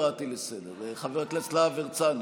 חברת הכנסת קטי שטרית,